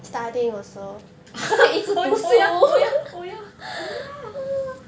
oh ya oh ya oh ya oh ya